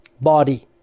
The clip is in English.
body